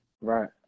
right